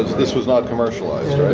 this was not commercialized,